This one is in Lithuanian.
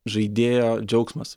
žaidėjo džiaugsmas